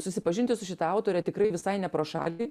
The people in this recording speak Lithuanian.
susipažinti su šita autore tikrai visai ne pro šalį